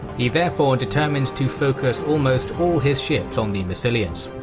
he therefore determined to focus almost all his ships on the massilians.